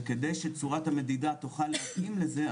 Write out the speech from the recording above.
וכדי שצורת המדידה תוכל להתאים לזה,